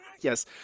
Yes